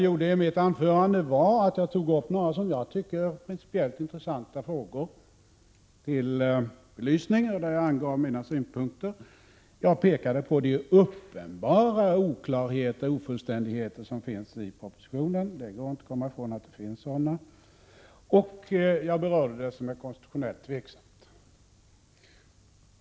I mitt anförande tog jag upp några som jag tycker principiellt intressanta frågor till belysning och angav mina synpunkter. Jag pekade på de uppenbara oklarheter och ofullständigheter som finns i propositionen — det går inte att komma ifrån att det finns sådana — och jag berörde det som är konstitutionellt tvivelaktigt.